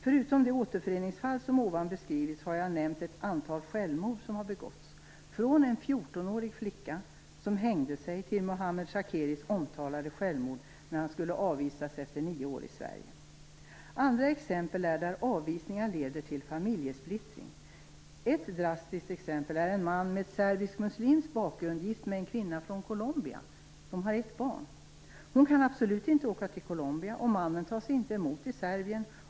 Förutom de återföreningsfall jag beskrivit har jag också nämnt att ett antal självmord begåtts - från en Avvisningar kan också leda till familjesplittring. Ett drastiskt exempel är en man med serbiskmuslimsk bakgrund, gift med en kvinna från Colombia. De har ett barn. Hon kan absolut inte åka till Colombia, och mannen tas inte emot i Serbien.